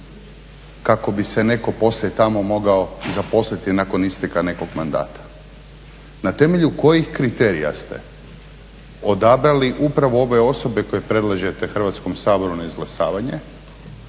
kako bi se neko poslije tamo mogao zaposliti nakon isteka nekog mandata. Na temelju kojih kriterija ste odabrali upravo ove osobe koje predlažete Hrvatskom saboru na izglasavanje,